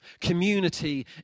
Community